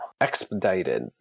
Expedited